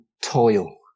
toil